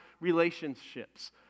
relationships